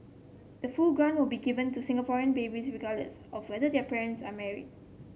the full grant will be given to Singaporean babies regardless of whether their parents are married